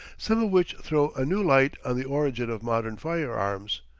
some of which throw a new light on the origin of modern firearms.